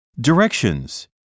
Directions